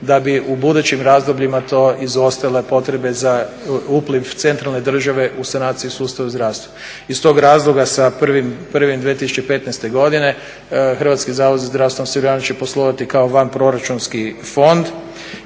da bi u budućim razdobljima to izostajale potrebe za upliv centralne države u sanaciji sustava zdravstva. Iz tog razloga sa 1.1.2015. godine Hrvatski zavod za zdravstveno osiguranje će poslovati kao vanproračunski fond.